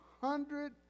hundred